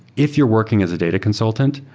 if you're working as a data consultant,